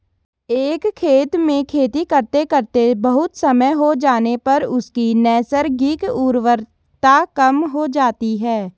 एक खेत में खेती करते करते बहुत समय हो जाने पर उसकी नैसर्गिक उर्वरता कम हो जाती है